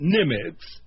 Nimitz